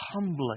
humbly